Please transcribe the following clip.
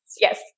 Yes